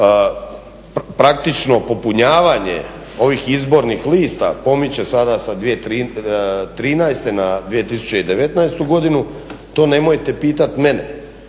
praktično popunjavanje ovih izbornih lista pomiče sada sa 2013.na 2019.godinu to nemojte pitati mene.